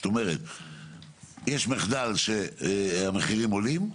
יש מחדל שהמחירים עולים,